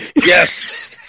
Yes